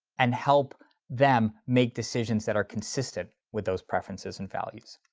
and help them make decisions that are consistent with those preferences and values.